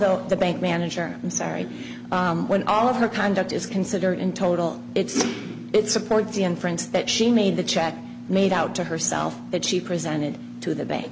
that the bank manager i'm sorry when all of her conduct is consider in total it's it support the inference that she made the check made out to herself that she presented to the bank